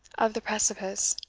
of the precipice.